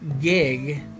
gig